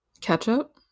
Ketchup